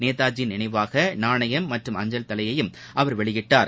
நேதாஜியின் நினைவாக நாணயம் மற்றும் அஞ்சல் தலையையும் அவர் வெளியிட்டார்